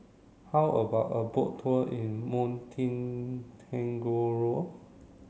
how about a boat tour in Montenegro